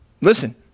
Listen